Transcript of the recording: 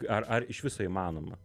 ar ar iš viso įmanoma